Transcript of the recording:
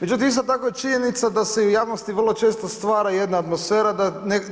Međutim, isto tako je činjenica, da se u javnosti vrlo često stvara jedna atmosfera, da